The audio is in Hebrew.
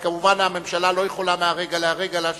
אבל כמובן הממשלה לא יכולה מהרגע להרגע להשיב,